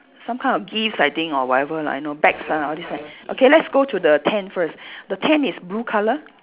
some kind of gifts I think or whatever I know bags ah all these ah okay let's go to the tent first the tent is blue colour